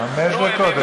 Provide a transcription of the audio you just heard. חמש דקות.